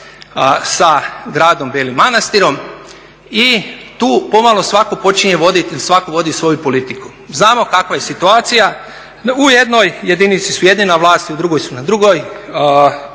sa Gradom Belim Manastirom i tu pomalo svako počinje voditi ili svako vodi svoju politiku. Znamo kakva je situacija, u jednoj jedinici su jedni na vlasti, u drugoj su drugi